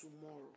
tomorrow